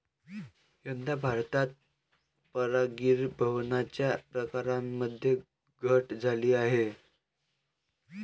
यंदा भारतात परागीभवनाच्या प्रकारांमध्ये घट झाली आहे